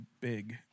big